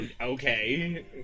okay